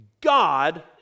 God